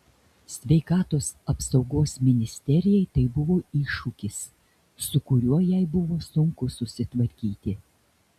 sveikatos apsaugos ministerijai tai buvo iššūkis su kuriuo jai buvo sunku susitvarkyti